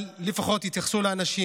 אבל לפחות שיתייחסו לאנשים.